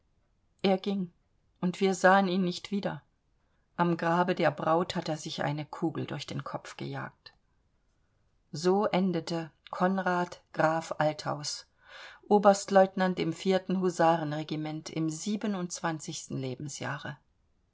er ging und wir sahen ihn nicht wieder am grabe der braut hat er sich eine kugel durch den kopf gejagt so endete konrad graf althaus oberstlieutenant im husarenregiment im siebenundzwanzigsten lebensjahre